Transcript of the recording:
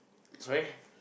sorry